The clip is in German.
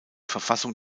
verfassung